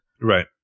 Right